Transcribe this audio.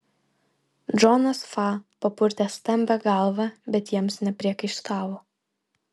džonas fa papurtė stambią galvą bet jiems nepriekaištavo